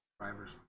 driver's